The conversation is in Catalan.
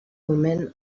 moment